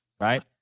right